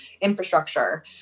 infrastructure